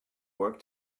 work